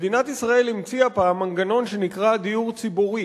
מדינת ישראל המציאה פעם מנגנון שנקרא "דיור ציבורי".